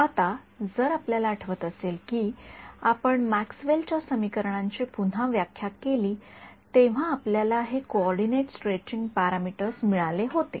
आता जर आपल्याला आठवत असेल की आपण मॅक्सवेल च्या समीकरणांची पुन्हा व्याख्या केली तेव्हा आपल्याला हे कोऑर्डिनेट स्ट्रेचिंग पॅरामीटर्स मिळाले होते